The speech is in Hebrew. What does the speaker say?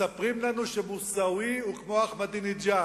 מספרים לנו שמוסאווי הוא כמו אחמדינג'אד.